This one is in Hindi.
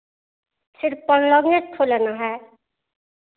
सिर्फ पलंग एक ठो लेना है